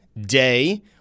Day